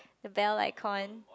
the bell icon